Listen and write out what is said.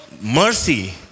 mercy